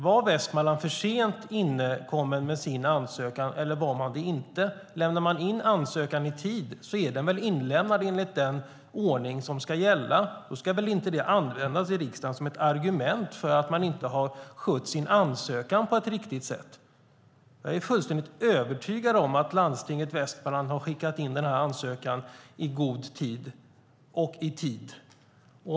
Var Västmanland för sent ute med sin ansökan, eller var man det inte? Lämnar man in ansökan i tid är den väl inlämnad enligt den ordning som ska gälla. Då ska väl inte det användas i riksdagen som ett argument för att man inte har skött sin ansökan på ett riktigt sätt. Jag är fullständigt övertygad om att Landstinget Västmanland har skickat in ansökan i tid - och i god tid.